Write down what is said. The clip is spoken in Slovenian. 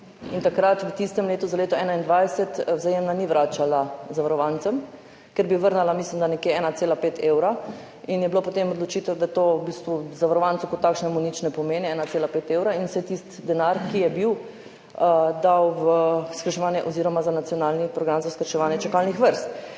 In takrat, v tistem letu za leto 2021 Vzajemna ni vračala zavarovancem, ker bi vrnila, mislim, da nekje 1,5 evra, in je bila potem odločitev, da to v bistvu zavarovancu kot takšnemu nič ne pomeni, 1,5 evra, in se je tisti denar, ki je bil, dal za nacionalni program za skrajševanje čakalnih vrst.